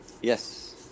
Yes